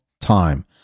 time